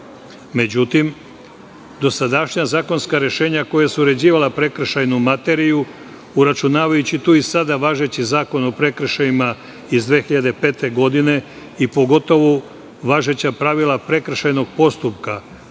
Srbije.Međutim, dosadašnja zakonska rešenja koja su uređivala prekršajnu materiju, uračunavajući tu i sada važeći Zakon o prekršajima iz 2005. godine i pogotovo važeća pravila prekršajnog postupka